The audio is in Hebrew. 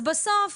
אז בסוף